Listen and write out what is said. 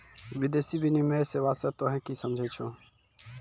विदेशी विनिमय सेवा स तोहें कि समझै छौ